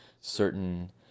certain